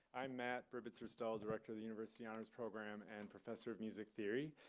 i'm matt bribitzer-stull, director of the university honors program and professor of music theory.